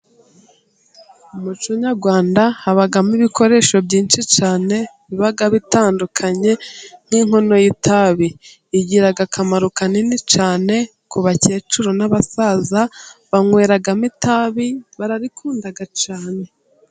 Mu muco nyarwanda, habamo ibikoresho byinshi cyane biba bitandukanye nk'inkono y'itabi, igira akamaro kanini cyane ku bakecuru n'abasaza, banweramo itabi bararikunda cyane.